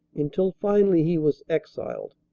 until finally he was exiled.